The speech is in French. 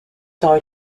sera